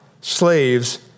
slaves